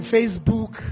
Facebook